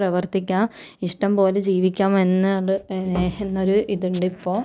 പ്രവർത്തിക്കാം ഇഷ്ടംപോലെ ജീവിക്കാം എന്നൊരു എന്നൊരു ഇതുണ്ട് ഇപ്പോൾ